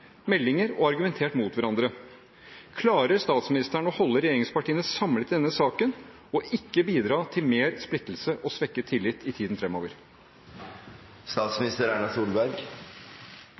meldinger og argumentert mot hverandre. Klarer statsministeren å holde regjeringspartiene samlet i denne saken – og ikke bidra til mer splittelse og svekket tillit i tiden